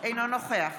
אינו נוכח